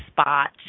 spot